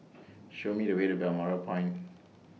Show Me The Way to Balmoral Point